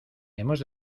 hemos